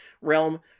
realm